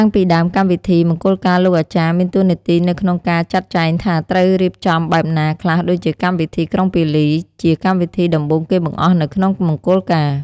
តាំងពីដើមកម្មវិធីមង្គលការលោកអាចារ្យមានតួនាទីនៅក្នុងការចាក់ចែងថាត្រូវរៀបចំបែបណាខ្លះដូចជាកម្មវិធីក្រុងពាលី ជាកម្មវិធីដំបូងគេបង្អស់នៅក្នុងមង្គលការ។